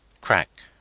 Crack